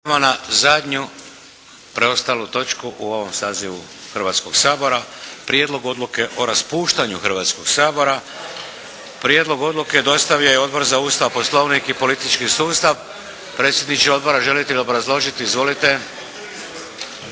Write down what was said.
na zadnju preostalu točku u ovom sazivu Hrvatskog sabora –- Prijedlog odluke o raspuštanju Hrvatskog sabora Prijedlog odluke dostavio je Odbor za Ustav, Poslovnik i politički sustav. Predsjedniče Odbora, želite li obrazložiti? Izvolite.